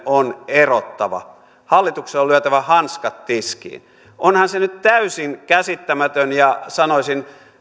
on erottava hallituksen on lyötävä hanskat tiskiin onhan se nyt täysin käsittämätön ja sanoisin